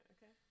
Okay